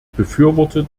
befürworte